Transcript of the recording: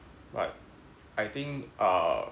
but I think uh